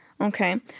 Okay